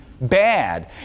bad